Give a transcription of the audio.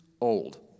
old